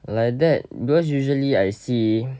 like that because usually I see